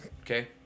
okay